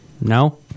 No